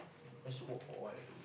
I want to smoke for a while ah